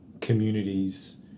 communities